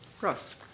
Ross